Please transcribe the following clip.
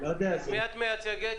אני מייצגת